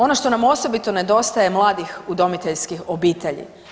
Ono što sam osobito nedostaje mladih udomiteljskih obitelji.